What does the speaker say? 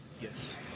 Yes